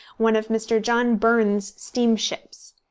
one of mr. john burns' steam-ships.